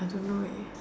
don't know where